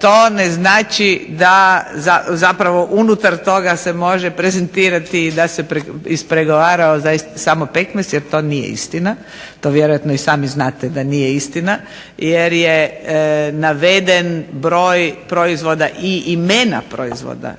to ne znači da zapravo unutar toga se može prezentirati da se ispregovarao samo pekmez jer to nije istina. To vjerojatno i sami znate da nije istina, jer je naveden broj proizvoda i imena proizvoda